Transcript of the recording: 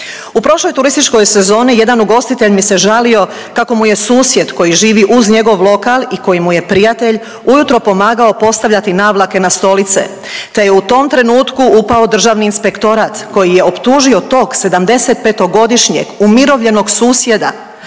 U prošloj turističkoj sezoni jedan ugostitelj mi se žalio kako mu je susjed koji živi uz njegov lokal i koji mu je prijatelj ujutro pomagao postavljati navlake na stolice te je u tom trenutku upao Državni inspektorat koji je optužio tog 75-godišnjeg umirovljenog susjeda